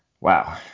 wow